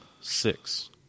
six